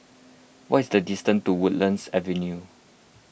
what is the distance to Woodlands Avenue